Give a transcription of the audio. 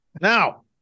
Now